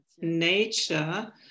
nature